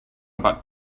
about